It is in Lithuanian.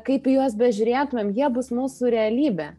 kaip į juos bežiūrėtumėm jie bus mūsų realybė